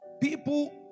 People